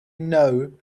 know